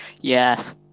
Yes